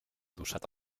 adossat